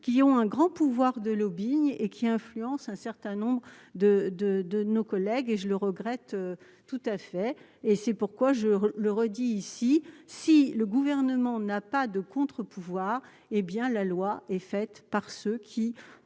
qui ont un gros pouvoir de lobbying et qui influence un certain nombre de, de, de nos collègues et je le regrette tout à fait et c'est pourquoi je le redis ici : si le gouvernement n'a pas de contre-pouvoir, hé bien, la loi est faite par ceux qui